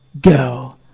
Go